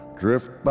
drift